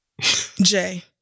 Jay